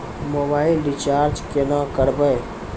Mobile recharge केना करबै?